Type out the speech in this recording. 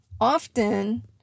Often